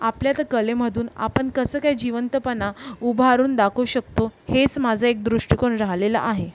आपल्या त्या कलेमधून आपण कसं काय जिवंतपणा उभारून दाखवू शकतो हेच माझं एक दृष्टिकोन राहिलेला आहे